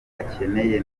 akeneye